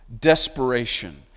desperation